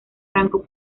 franco